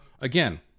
again